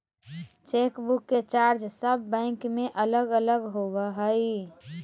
chequebook के charge सब bank के अलग अलग होबा हइ